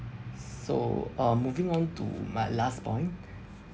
so uh moving on to my last point